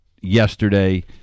yesterday